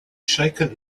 shaken